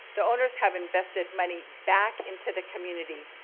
the owners have invested money back into the community.